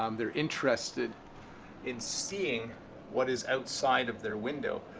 um they're interested in seeing what is outside of their window.